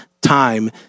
time